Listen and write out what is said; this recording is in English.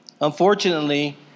Unfortunately